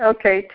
Okay